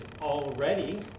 already